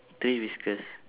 three whiskers